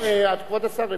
כבוד השר, הבנתי.